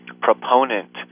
proponent